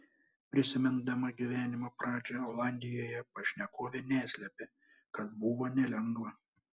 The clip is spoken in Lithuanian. prisimindama gyvenimo pradžią olandijoje pašnekovė neslėpė kad buvo nelengva